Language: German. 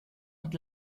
und